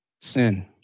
sin